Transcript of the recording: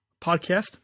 podcast